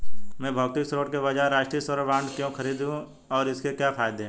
मैं भौतिक स्वर्ण के बजाय राष्ट्रिक स्वर्ण बॉन्ड क्यों खरीदूं और इसके क्या फायदे हैं?